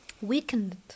weakened